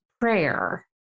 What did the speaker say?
prayer